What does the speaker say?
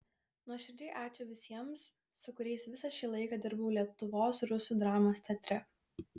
nuoširdžiai ačiū visiems su kuriais visą šį laiką dirbau lietuvos rusų dramos teatre